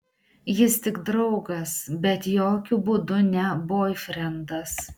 jis tik draugas bet jokiu būdu ne boifrendas